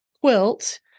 quilt